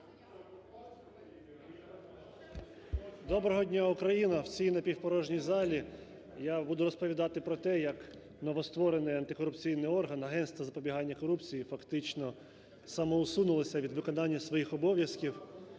Доброго дня, Україно! В цій напівпорожній залі я буду розповідати про те, як новостворений антикорупційний орган – Агентство із запобігання корупції – фактично самоусунулося від виконання своїх обов'язків.